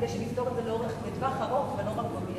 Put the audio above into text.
כדי שנפתור את זה לטווח הארוך ולא רק במיידי.